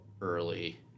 early